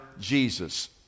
Jesus